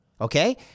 Okay